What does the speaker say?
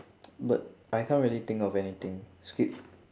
but I can't really think of anything skip